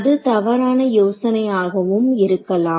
அது தவறான யோசனை ஆகவும் இருக்கலாம்